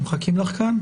אנחנו מחכים לך כאן.